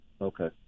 Okay